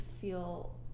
feel